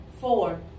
Four